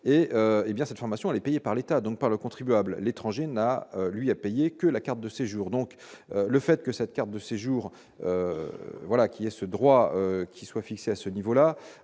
hé bien, cette formation est payé par l'État, donc par le contribuable, l'étranger n'a, lui, a payé que la carte de séjour, donc le fait que cette carte de séjour, voilà qui est ce droit qui soit fixé à ce niveau-là,